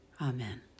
Amen